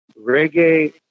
Reggae